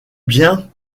bien